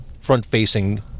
front-facing